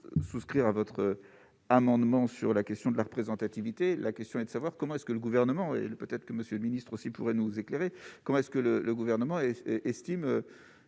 souscrire à votre amendement sur la question de la représentativité, la question est de savoir comment est-ce que le gouvernement et le peut-être que Monsieur le ministre, si pourrait nous éclairer quand est-ce que le le gouvernement et estime